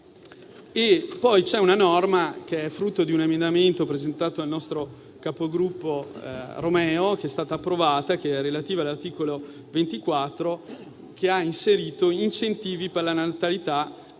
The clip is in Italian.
poi una norma, che è frutto di un emendamento presentato dal nostro capogruppo Romeo, che è stata approvata ed è relativa all'articolo 24, che ha inserito gli incentivi per la natalità nei